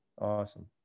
awesome